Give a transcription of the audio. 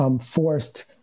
forced